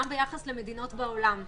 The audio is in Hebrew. גם ביחס למדינות בעולם,